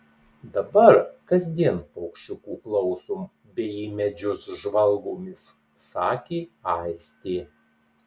dabar kasdien paukščiukų klausom bei į medžius žvalgomės sakė aistė